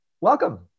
Welcome